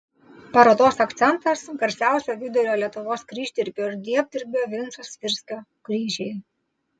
parodos akcentas garsiausio vidurio lietuvos kryždirbio ir dievdirbio vinco svirskio kryžiai